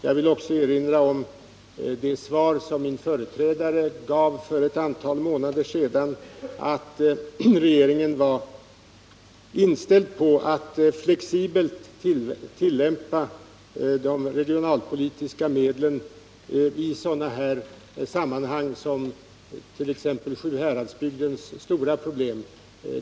Jag vill också erinra om det svar som min företrädare avgav för ett 117 antal månader sedan, nämligen att regeringen var inställd på att flexibelt tillämpa de regionalpolitiska medlen i sådana sammanhang som 1. ex. Sjuhäradsbygdens stora problem.